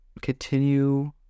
continue